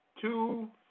two